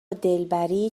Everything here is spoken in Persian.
دلبری